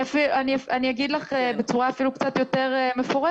אני אגיד לך בצורה אפילו קצת יותר מפורטת,